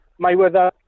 Mayweather